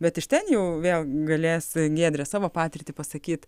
bet iš ten jau vėl galės giedrė savo patirtį pasakyt